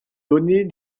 donnée